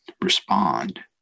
respond